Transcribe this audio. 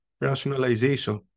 rationalization